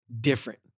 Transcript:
different